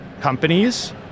companies